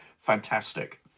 fantastic